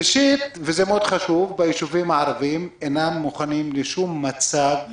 נושא שלישי: היישובים הערביים אינם מוכנים לשום מצב חירום.